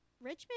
Richmond